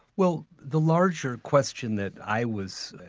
well the larger question that i was,